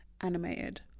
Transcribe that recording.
animated